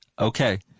Okay